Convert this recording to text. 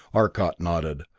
arcot nodded.